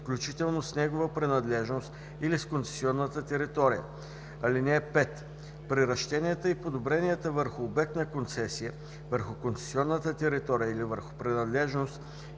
включително с негова принадлежност или с концесионната територия. (5) Приращенията и подобренията върху обект на концесия, върху концесионната територия или върху принадлежност,